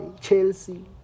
chelsea